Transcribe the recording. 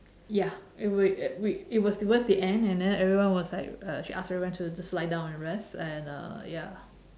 ya it we we it was towards the end and then everyone was like uh she ask everyone to just lie down and rest and uh ya